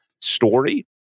story